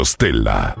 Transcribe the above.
Stella